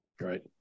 Right